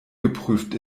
geprüft